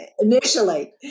initially